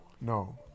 no